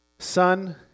Son